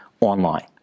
online